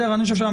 לדעתי,